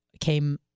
came